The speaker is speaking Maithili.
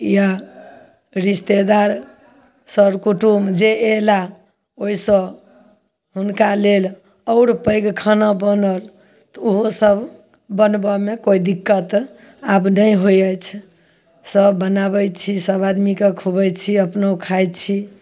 या रिश्तेदार सरकुटुम जे अयला ओयसँ हुनका लेल आओर पैघ खाना बनल तऽ ओहो सब बनबऽमे कोइ दिक्कत आब नहि होइ अछि सब बनाबय छी सब आदमीके खुओबय छी अपनो खाइ छी